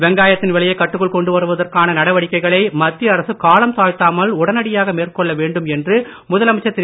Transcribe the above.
வெங்காயத்தின் விலையைக் கட்டுக்குள் கொண்டு வருவதற்கான நடவடிக்கைகளை மத்திய அரசு காலம் தாழ்த்தாமல் உடனடியாக மேற்கொள்ள வேண்டும் என்று முதலமைச்சர் திரு